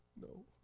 No